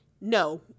No